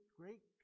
great